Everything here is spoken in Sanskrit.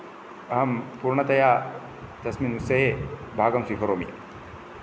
अहं पूर्णतया तस्मिन् विषये भागं स्वीकरोमि